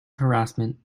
harassment